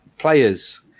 players